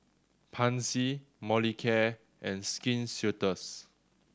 Pansy Molicare and Skin Ceuticals